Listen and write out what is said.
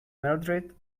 mildrid